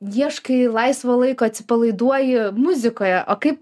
ieškai laisvo laiko atsipalaiduoji muzikoje o kaip